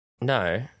No